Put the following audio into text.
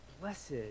blessed